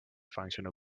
functional